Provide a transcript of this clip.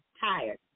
tired